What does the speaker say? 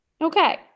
Okay